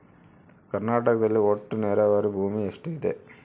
ಕರ್ನಾಟಕದಲ್ಲಿ ಒಟ್ಟು ನೇರಾವರಿ ಭೂಮಿ ಎಷ್ಟು ಇದೆ?